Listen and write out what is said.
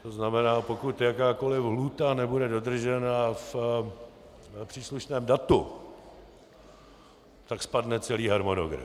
To znamená, pokud jakákoliv lhůta nebude dodržena v příslušném datu, tak spadne celý harmonogram.